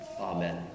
Amen